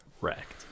wrecked